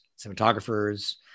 cinematographers